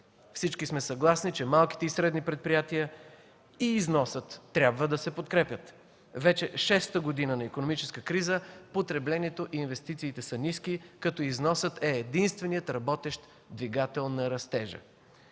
Всички сме съгласни, че малките и средни предприятия и износът трябва да се подкрепят. Вече шеста година на икономическа криза потреблението и инвестициите са ниски, като износът е единственият работещ двигател на растежа.